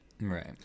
Right